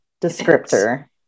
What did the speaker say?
descriptor